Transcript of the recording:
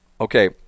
okay